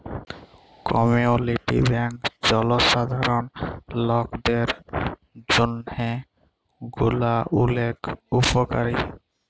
community bank জলসাধারল লকদের জন্হে গুলা ওলেক উপকারী